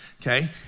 okay